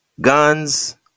guns